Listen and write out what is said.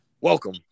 Welcome